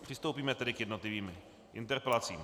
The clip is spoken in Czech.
Přistoupíme tedy k jednotlivým interpelacím.